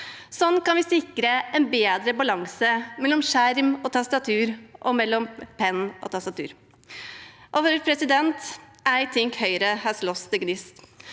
Slik kan vi sikre en bedre balanse mellom skjerm og tastatur og mellom penn og tastatur. «I think Høyre has lost the gnist.»